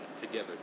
together